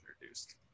introduced